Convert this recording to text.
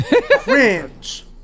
cringe